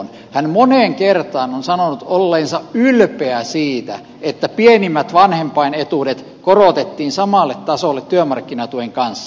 hän moneen kertaan on sanonut olleensa ylpeä siitä että pienimmät vanhempainetuudet korotettiin samalle tasolle työmarkkinatuen kanssa